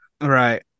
Right